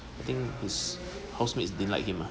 I think his housemates didn't like him ah